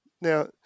Now